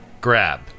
Grab